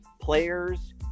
players